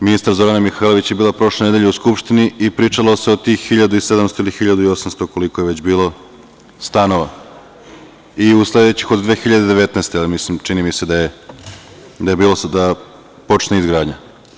Ministar, Zorana Mihajlović je bila prošle nedelje u Skupštini i pričalo se o tih 1700 ili 1800 koliko je već bilo stanova, od 2019. godine, čini mi se da je bilo da počinje izgradnja.